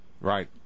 Right